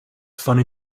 funny